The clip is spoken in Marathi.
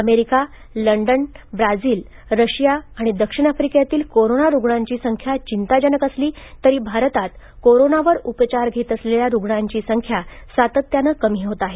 अमेरिका लंडन ब्राझिल रशिया आणि दक्षिण अफ्रिकेतील कोरोना रुग्णाची संख्या चिंताजनक असली तरी भारतात कोरोनावर उपचार घेत असलेल्या रुग्णांची संख्या सातत्यानं कमी होत आहे